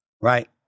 right